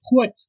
put